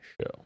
show